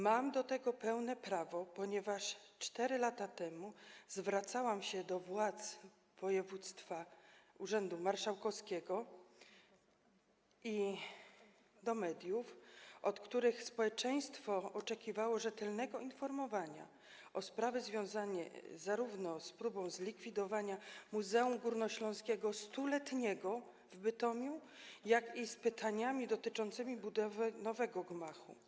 Mam do tego pełne prawo, ponieważ 4 lata temu zwracałam się do władz województwa, urzędu marszałkowskiego i do mediów, od których społeczeństwo oczekiwało rzetelnego informowania, zarówno w sprawach związanych z próbą zlikwidowania Muzeum Górnośląskiego w Bytomiu - 100-letniego - jak i z pytaniami dotyczącymi budowy nowego gmachu.